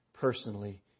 personally